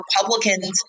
Republicans